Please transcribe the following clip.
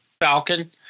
Falcon